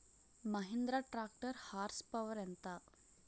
Mahindra tractor horsepower ఎంత?